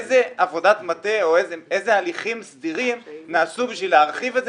איזו עבודת מטה או איזה הליכים סדירים נעשו בשביל להרחיב את זה